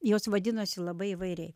jos vadinosi labai įvairiai